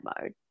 mode